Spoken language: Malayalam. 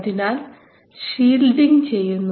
അതിനാൽ ഷീൽഡിങ് ചെയ്യുന്നു